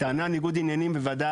הטענה לניגוד עניינים בוועדה,